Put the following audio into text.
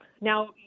Now